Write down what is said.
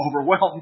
overwhelmed